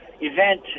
event